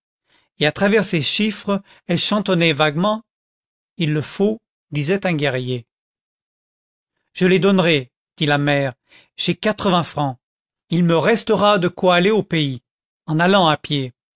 et à travers ces chiffres elle chantonnait vaguement il le faut disait un guerrier je les donnerai dit la mère j'ai quatre-vingts francs il me restera de quoi aller au pays en allant à pied